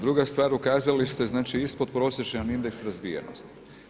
Druga stvar, ukazali ste znači ispodprosječan indeks razvijenosti.